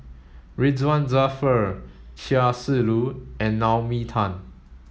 Ridzwan Dzafir Chia Shi Lu and Naomi Tan